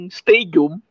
stadium